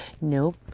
Nope